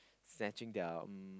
snatching their um